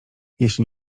jeśli